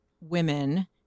women